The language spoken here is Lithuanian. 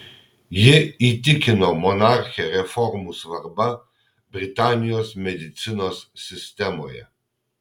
ji įtikino monarchę reformų svarba britanijos medicinos sistemoje